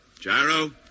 Gyro